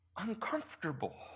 uncomfortable